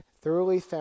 thoroughly